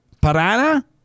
Parana